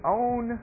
own